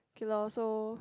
K loh so